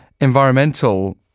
environmental